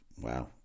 Wow